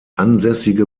ansässige